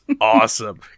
awesome